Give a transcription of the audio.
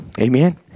Amen